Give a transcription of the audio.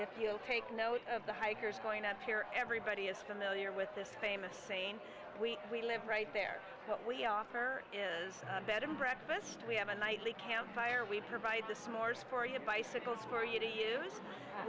if you take note of the hikers going up here everybody is familiar with this famous saying we we live right there but we offer is a bed and breakfast we have a nightly campfire we provide the smores for him bicycles for you to use